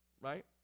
Right